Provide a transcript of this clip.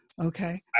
okay